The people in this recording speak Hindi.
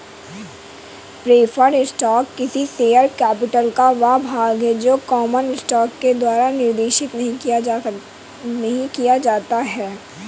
प्रेफर्ड स्टॉक किसी शेयर कैपिटल का वह भाग है जो कॉमन स्टॉक के द्वारा निर्देशित नहीं किया जाता है